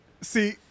See